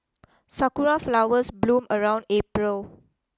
sakura flowers bloom around April